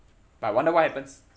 but I wonder what happens